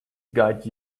guide